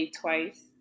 twice